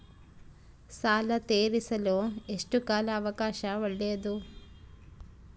ಸಾಲ ತೇರಿಸಲು ಎಷ್ಟು ಕಾಲ ಅವಕಾಶ ಒಳ್ಳೆಯದು?